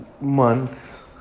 months